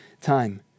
time